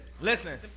Listen